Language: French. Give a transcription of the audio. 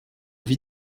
vie